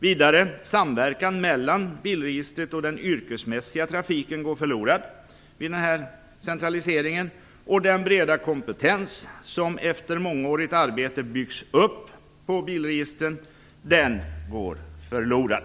Vidare går samverkan mellan bilregistret och den yrkesmässiga trafiken förlorad vid denna centralisering. Den breda kompetens som efter mångårigt arbete byggts upp på bilregistret går förlorad.